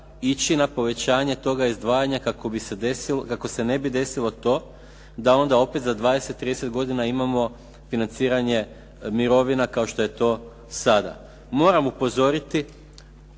ići na povećanje toga izdvajanja kako se ne bi desilo to da onda opet za 20, 30 godina imamo financiranje mirovina kao što je to sada. Moram upozoriti